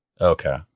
Okay